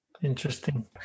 Interesting